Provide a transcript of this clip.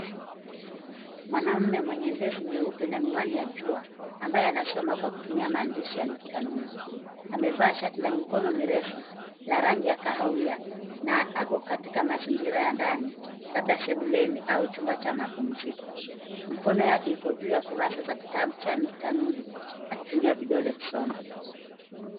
Mwanaume mwenye ndevu nyeupe na miwani ya jua ambaye anasoma kwa kutumia maandishi ya nukta nundu. Amevaa shati la mikono mirefu la rangi ya kahawia na ako katika mazingira ya ndani labda sebuleni au chumba cha mapumziko. Mikono yake iko juu ya kurasa za kitabu cha nukta nundu akitumia vidole kusoma.